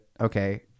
okay